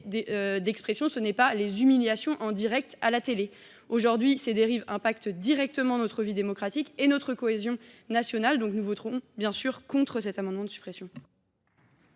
discriminations ou encore les humiliations en direct à la télévision. Aujourd’hui, ces dérives affectent directement notre vie démocratique et notre cohésion nationale. Nous voterons bien sûr contre cet amendement de suppression.